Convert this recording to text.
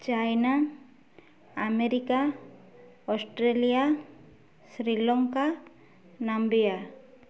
China America Australia Sri Lanka Namibia